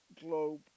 globe